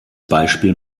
beispiel